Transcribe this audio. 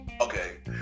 Okay